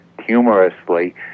humorously